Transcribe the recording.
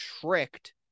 tricked